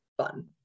fun